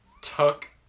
took